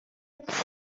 its